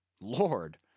Lord